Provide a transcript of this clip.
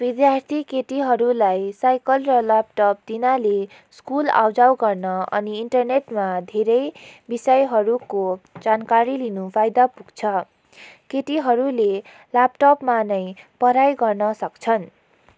विधार्थी केटीहरूलाई साइकल र ल्यापटप दिनाले स्कुल आउ जाउ गर्न अनि इन्टरनेटमा धेरै विषयहरूको जानकारी लिनु फायदा पुग्छ केटीहरूले ल्यापटपमा नै पढाइ गर्न सक्छन्